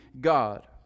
God